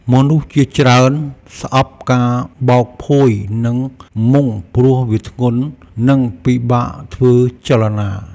មនុស្សជាច្រើនស្អប់ការបោកភួយ និងមុង ព្រោះវាធ្ងន់ និងពិបាកធ្វើចលនា។